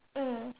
mm